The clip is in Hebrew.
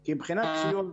כי מבחינת סיוע,